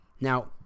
Now